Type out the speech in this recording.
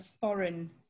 foreign